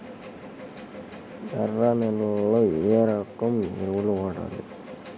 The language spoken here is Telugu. ఎర్ర నేలలో ఏ రకం ఎరువులు వాడాలి?